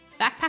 Backpack